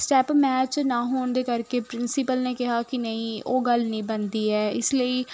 step match ਨਾ ਹੋਣ ਦੇ ਕਰਕੇ ਪ੍ਰਿੰਸੀਪਲ ਨੇ ਕਿਹਾ ਕਿ ਨਹੀਂ ਉਹ ਗੱਲ ਨਹੀਂ ਬਣਦੀ ਹੈ ਇਸ ਲਈ